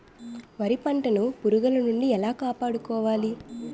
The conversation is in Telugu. వరి పంటను పురుగుల నుండి ఎలా కాపాడుకోవాలి?